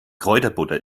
kräuterbutter